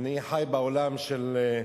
אני חי בעולם של,